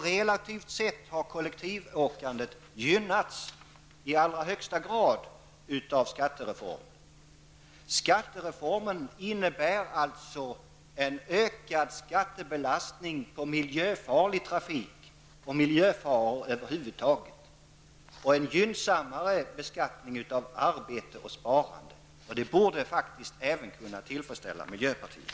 Relativt sett har alltså kollektivåkandet i allra högsta grad gynnats av skattereformen. Skattereformen innebär alltså en ökad skattebelastning på miljöfarlig trafik och miljöfaror över huvud taget och en gynnsammare beskattning på arbete och sparande. Detta faktum borde faktiskt även kunna tillfredsställa miljöpartiet.